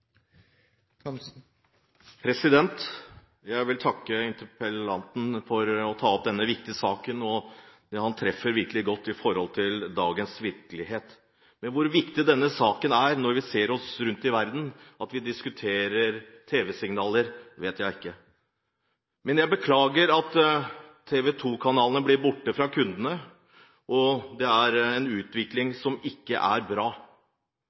Jeg vil takke interpellanten for å ta opp denne viktige saken, og han treffer virkelig godt i forhold til dagens virkelighet. Hvor viktig denne diskusjonen om tv-signaler er, når vi ser oss rundt i verden, vet jeg ikke, men jeg beklager at TV 2-kanalene blir borte fra kundene. Det er en utvikling som ikke er bra.